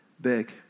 big